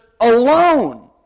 alone